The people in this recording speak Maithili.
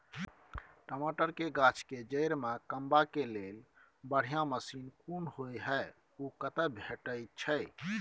टमाटर के गाछ के जईर में कमबा के लेल बढ़िया मसीन कोन होय है उ कतय भेटय छै?